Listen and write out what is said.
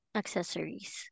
accessories